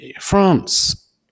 France